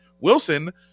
Wilson